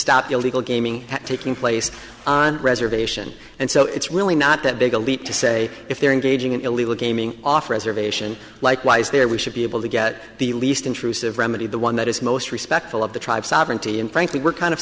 stop illegal gaming taking place on a reservation and so it's really not that big a leap to say if they're engaging in illegal gaming off reservation likewise there we should be able to get the least intrusive remedy the one that is most respectful of the tribe sovereignty and frankly we're kind of